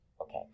Okay